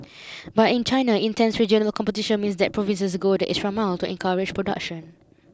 but in China intense regional competition means that provinces go the extra mile to encourage production